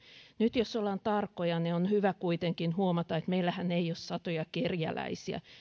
nyt jos ollaan tarkkoja niin on hyvä kuitenkin huomata että meillähän ei ole satoja kerjäläisiä